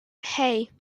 hey